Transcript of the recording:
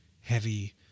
heavy